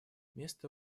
место